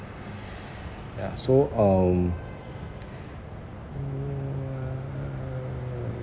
ya so um mm